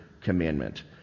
commandment